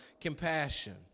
compassion